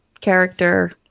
character